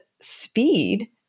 speed